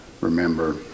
remember